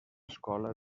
escola